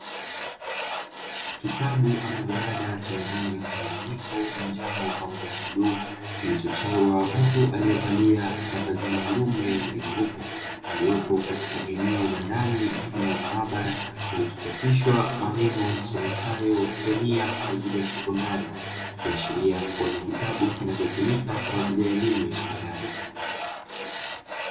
Kitabu ama jalada chenye rangi mchanganyiko, manjano pamoja na bluu, kilichochorwa mtu aliyevalia mavazi maalumu ya rangi nyeupe, aliyepo katika eneo la ndani mfano wa maabara, kilichochapishwa maneno yasomekayo "Kemia kwa ajili ya sekondari ", ikiashiria kuwa ni kitabu kinachotumika kwa ajili ya elimu ya sekondari.